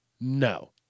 No